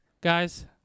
Guys